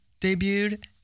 debuted